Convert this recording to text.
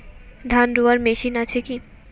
ধান রোয়ার মেশিন আছে কি?